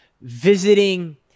visiting